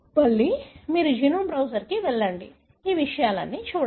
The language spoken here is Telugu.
మళ్లీ మీరు జీనోమ్ బ్రౌజర్కు వెళ్లండి ఈ విషయాలన్నీ చూడండి